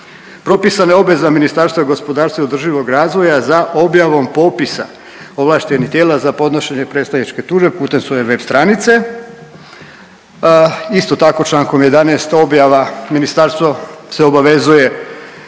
propisana je obveza Ministarstva gospodarstva i održivog razvoja za objavom popisa ovlaštenih tijela za podnošenje predstavničke tužbe putem svoje web stranice. Isto tako Člankom 11. objava, ministarstvo se obavezuje